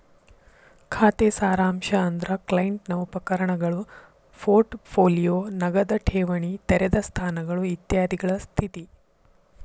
ಖಾತೆ ಸಾರಾಂಶ ಅಂದ್ರ ಕ್ಲೈಂಟ್ ನ ಉಪಕರಣಗಳು ಪೋರ್ಟ್ ಪೋಲಿಯೋ ನಗದ ಠೇವಣಿ ತೆರೆದ ಸ್ಥಾನಗಳು ಇತ್ಯಾದಿಗಳ ಸ್ಥಿತಿ